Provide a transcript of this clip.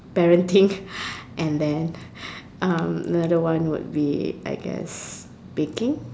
parenting and then another one will be I guess speaking